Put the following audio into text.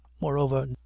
moreover